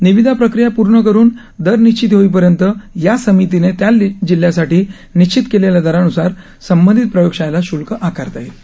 निविदा प्रक्रिया पूर्ण करून दर निश्चिती होईपर्यंत या समितीने त्या जिल्ह्यासाठी निश्चित केलेल्या दरानुसार संबंधित प्रयोगशाळेला श्ल्क आकारता येईल